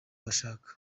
bashaka